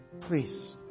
Please